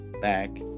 back